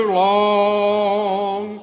long